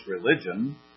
religion